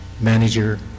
manager